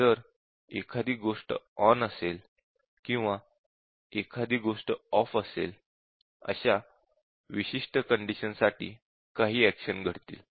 जर एखादी गोष्ट ऑन असेल किंवा एखादी गोष्ट ऑफ असेल अशा विशिष्ट कंडिशन्स साठी काही एक्शन घडतील